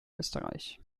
österreich